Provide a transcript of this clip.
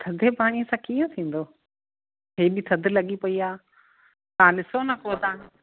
थदे पाणीअ सां कीअं थींदो एॾी थद लॻी पई आहे तव्हां ॾिसो न को तव्हां